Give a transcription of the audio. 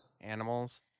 animals